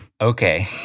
Okay